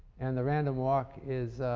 and the random walk is